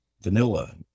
vanilla